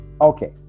Okay